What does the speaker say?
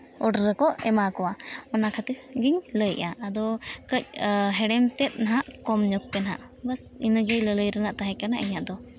order ᱨᱮᱠᱚ ᱮᱢᱟ ᱠᱚᱣᱟ ᱚᱱᱟ ᱠᱷᱟᱹᱛᱤᱨ ᱜᱮᱧ ᱞᱟᱹᱭᱮᱜᱼᱟ ᱟᱫᱚ ᱠᱟᱹᱡ ᱦᱮᱬᱮᱢ ᱛᱮᱫ ᱱᱟᱦᱟᱜ ᱠᱚᱢ ᱧᱚᱜ ᱯᱮ ᱱᱟᱦᱟᱜ ᱵᱟᱥ ᱤᱱᱟᱹᱜ ᱜᱮ ᱞᱟᱞᱟᱹᱭ ᱨᱮᱱᱟᱜ ᱛᱟᱦᱮᱸ ᱠᱟᱱᱟ ᱤᱧᱟᱹᱜ ᱫᱚ